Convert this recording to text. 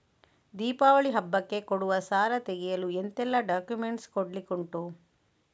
ದೀಪಾವಳಿ ಹಬ್ಬಕ್ಕೆ ಕೊಡುವ ಸಾಲ ತೆಗೆಯಲು ಎಂತೆಲ್ಲಾ ಡಾಕ್ಯುಮೆಂಟ್ಸ್ ಕೊಡ್ಲಿಕುಂಟು?